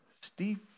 Steve